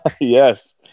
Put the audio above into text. yes